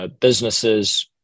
Businesses